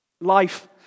life